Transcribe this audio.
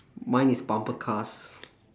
mine is bumper cars